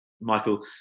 Michael